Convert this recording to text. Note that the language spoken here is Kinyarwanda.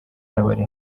n’abari